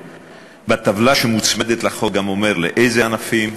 ובטבלה שמוצמדת לחוק גם נאמר לאיזה ענפים.